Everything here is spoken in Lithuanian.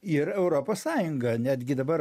ir europos sąjunga netgi dabar